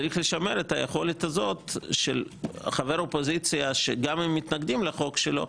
צריך לשמר את היכולת הזאת של חבר אופוזיציה שגם אם מתנגדים לחוק שלו,